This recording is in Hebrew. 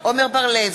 עמר בר-לב,